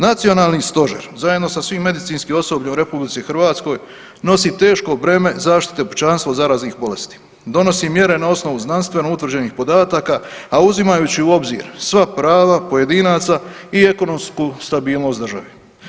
Nacionalni stožer zajedno sa svim medicinskim osobljem u Republici Hrvatskoj nosi teško breme zaštite pučanstva od zaraznih bolesti, donosi mjere na osnovu znanstveno utvrđenih podataka, a uzimajući u obzir sva prava pojedinaca i ekonomsku stabilnost države.